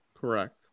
Correct